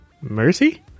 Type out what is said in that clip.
Mercy